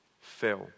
fell